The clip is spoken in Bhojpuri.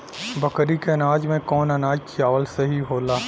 बकरी के अनाज में कवन अनाज खियावल सही होला?